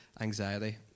anxiety